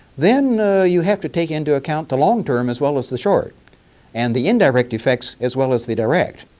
then you have to take into account the long term as well as the short and the indirect effects as well as the direct.